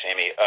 Amy